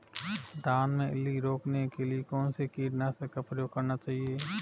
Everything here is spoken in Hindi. धान में इल्ली रोकने के लिए कौनसे कीटनाशक का प्रयोग करना चाहिए?